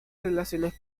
relaciones